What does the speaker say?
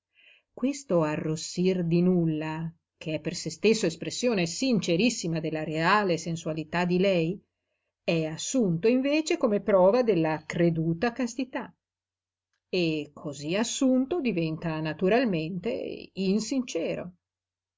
questo arrossir di nulla che è per se stesso espressione sincerissima della reale sensualità di lei è assunto invece come prova della creduta castità e cosí assunto diventa naturalmente insincero